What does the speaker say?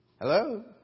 Hello